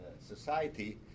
society